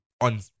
on